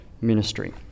ministry